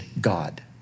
god